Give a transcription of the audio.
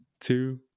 two